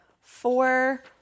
four